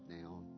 now